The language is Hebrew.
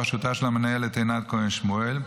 בראשותה של המנהלת עינת כהן שמואל,